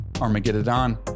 Armageddon